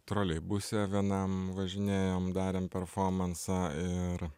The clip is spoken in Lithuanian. troleibuse vienam važinėjam darėm performansą ir